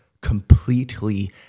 completely